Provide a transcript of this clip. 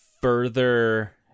further